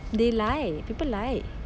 they lie people lie